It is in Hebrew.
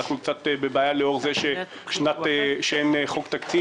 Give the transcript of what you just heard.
אנחנו קצת בבעיה לאור זה שאין חוק תקציב.